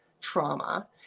trauma